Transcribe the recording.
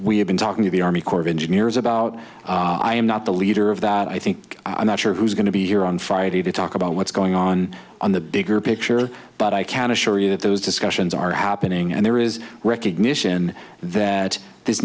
have been talking to the army corps of engineers about i am not the leader of that i think i'm not sure who's going to be here on friday to talk about what's going on on the bigger picture but i can assure you that those discussions are happening and there is recognition that this